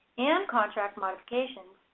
and contract modifications,